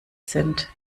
sind